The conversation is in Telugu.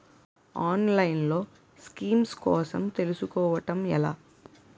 ఆన్లైన్లో స్కీమ్స్ కోసం తెలుసుకోవడం ఎలా?